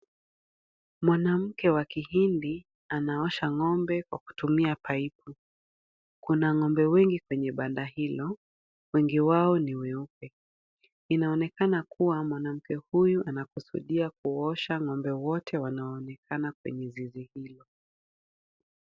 Mwanamke wa kihindi anaosha ng'ombe kwa kutumia pipu. Kuna ng'ombe wengi kwenye banda hilo. Wengi wao ni weupe. Inaonekana kuwa mwanamke huyu anakusudia kuosha ng'ombe wote wanaoonekana kwenye zizi hili.